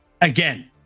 Again